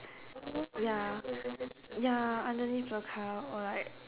ya ya underneath the car or like